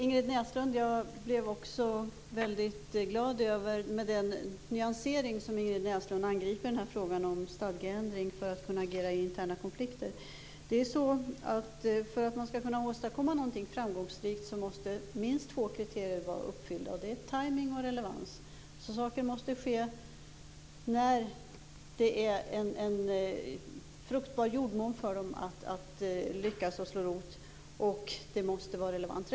Fru talman! Jag blev också väldigt glad över den nyansering med vilken Ingrid Näslund angriper frågan om stadgeändring för att kunna agera i interna konflikter. För att man skall kunna åstadkomma något framgångsrikt måste minst två kriterier vara uppfyllda, nämligen tajmning och relevans. Saker måste alltså ske när det finns en fruktbar jordmån att lyckas och slå rot i. De måste också vara relevanta.